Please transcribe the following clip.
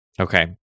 Okay